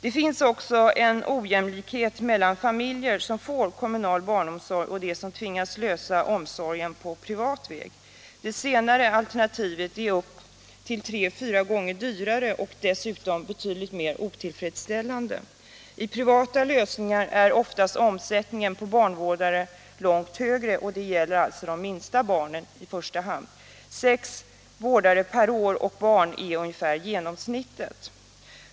Det finns också en ojämlikhet mellan familjer som får kommunal barnomsorg och de familjer som tvingas lösa omsorgen på privat väg. Det senare alternativet är uppemot 3 å 4 gånger dyrare och dessutom betydligt mer otillfredsställande. I privata lösningar är oftast omsättningen på barnvårdare mycket högre, och detta gäller i första hand de minsta barnen. Sex vårdare per barn och år är genomsnittet.